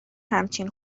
همچین